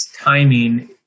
timing